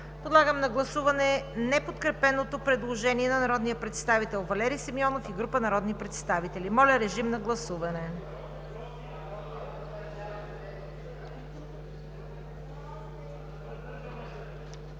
Подлагам на гласуване неподкрепеното предложение на народния представител Георги Йорданов и група народни представители. Гласували